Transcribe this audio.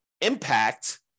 impact